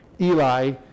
eli